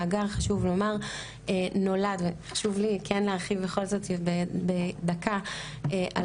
חשוב לי כן להרחיב בכל זאת בדקה על